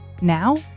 Now